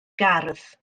gardd